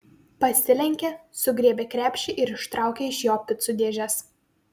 pasilenkė sugriebė krepšį ir ištraukė iš jo picų dėžes